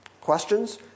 Questions